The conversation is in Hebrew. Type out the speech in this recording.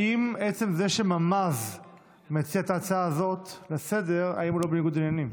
האם מעצם זה שממ"ז מציע את ההצעה הזאת לסדר-היום הוא לא בניגוד עניינים?